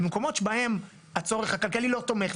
במקומות שבהם הצורך הכלכלי לא תומך,